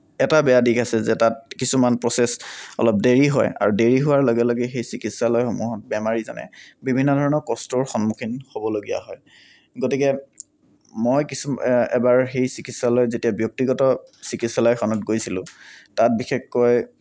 এটা বেয়া দিশ আছে যে তাত কিছুমান প্ৰছেচ অলপ দেৰি হয় আৰু দেৰি হোৱাৰ লগে লগে সেই চিকিৎসালয়সমূহত বেমাৰীজনে বিভিন্ন ধৰণৰ কষ্টৰ সন্মুখীন হ'বলগীয়া হয় গতিকে মই কিছুমা এবাৰ সেই চিকিৎসালয়ত যেতিয়া ব্যক্তিগত চিকিৎসালয়খনত গৈছিলোঁ তাত বিশেষকৈ